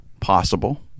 possible